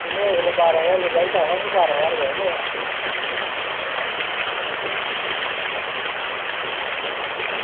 में बारां ज्हार दा जागत आक्खदा में बारहां ज्हार रपेआ लै दा